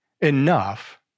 enough